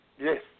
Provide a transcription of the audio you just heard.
Yes